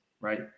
right